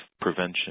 prevention